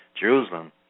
Jerusalem